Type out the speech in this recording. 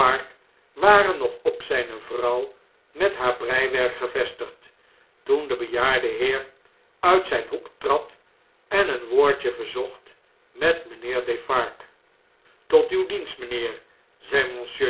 waren nog op zjjne vrouw met haar breiwerk gevestigd toen de bejaarde heer uit zijn hoek trad en een woordje verzocht met mjjnheer defarge tot uw dienst mijnheer